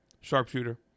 sharpshooter